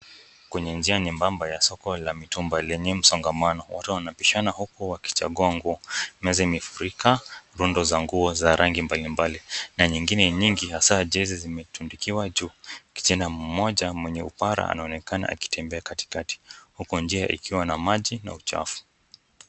Kwenye njia nyembamba la soko la mitumba lenye msongamano, watu wanabishana huku wakichagua nguo. Meza imefurika rundo za nguo za rangi mbalimbali na nyingine nyingi hasa jezi zimetundikiwa juu. Kijana mmoja mwenye upara anaonekana akitembea katikati huku njia ikiwa na maji na uchafu.